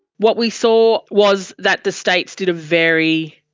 what we saw was that the states did a very,